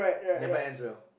never ends well